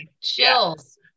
Chills